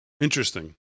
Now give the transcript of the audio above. Interesting